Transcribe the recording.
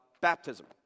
baptism